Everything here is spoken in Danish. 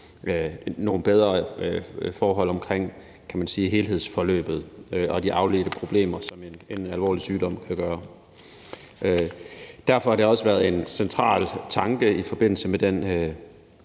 nogle bedre forhold omkring, kan man sige, helhedsforløbet og de afledte problemer, som en alvorlig sygdom kan medføre. Derfor har det også været en central tanke i forbindelse med den